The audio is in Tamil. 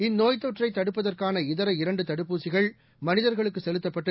இந்நோய்த் தொற்றைதடுப்பதற்கான இதர இரண்டுதடுப்பூசிகள் மனிதர்களுக்குசெலுத்தப்பட்டு